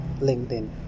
linkedin